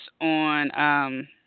on –